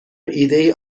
ایدهای